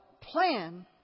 plan